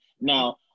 Now